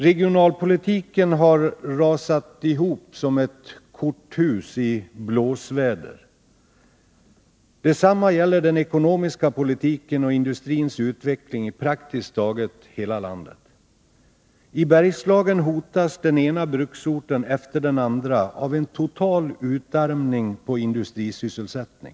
Regionalpolitiken har rasat ihop som ett korthus i blåsväder. Detsamma gäller den ekonomiska politiken och industrins utveckling i praktiskt taget hela landet. I Bergslagen hotas den ena bruksorten efter den andra av en total utarmning på industrisysselsättning.